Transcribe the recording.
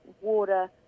water